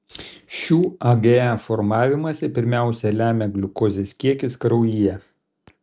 šių age formavimąsi pirmiausia lemia gliukozės kiekis kraujyje